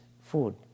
food